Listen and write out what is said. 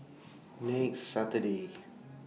next Saturday